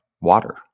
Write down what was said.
water